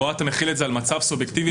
כאן אתה מחיל את זה על מצב סובייקטיבי לחלוטין.